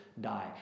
die